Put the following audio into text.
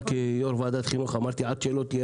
גם כיושב-ראש ועדת חינוך אמרתי שעד שלא תהיה